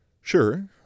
Sure